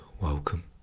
welcome